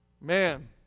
man